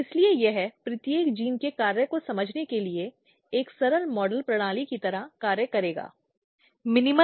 इसके अलावा कई अन्य उदाहरणों की बात की जा सकती है